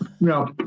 No